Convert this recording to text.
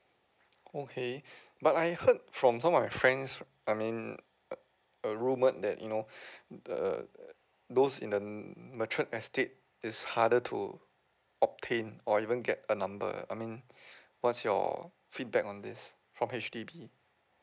okay but I heard from some of my friends I mean uh a rumour that you know that err those in the mature estate is harder to obtain or even get a number I mean what's your feedback on this from H_D_B